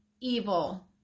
evil